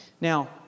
Now